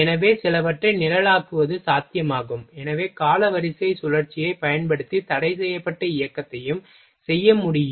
எனவே சிலவற்றை நிழலாக்குவது சாத்தியமாகும் எனவே காலவரிசை சுழற்சியைப் பயன்படுத்தி தடைசெய்யப்பட்ட இயக்கத்தையும் செய்ய முடியும்